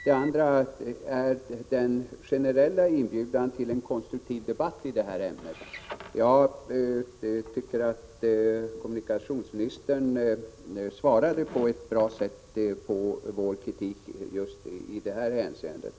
Det andra var att kommunikationsministern gav en generell inbjudan till en konstruktiv debatt i det här ämnet. Jag tycker att kommunikationsministern svarade på ett bra sätt på vår kritik just i det avseendet.